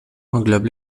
englobe